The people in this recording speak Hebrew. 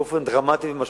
באופן דרמטי ומשמעותי.